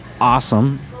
awesome